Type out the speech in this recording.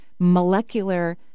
molecular